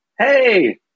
Hey